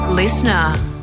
listener